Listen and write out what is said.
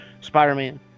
Spider-Man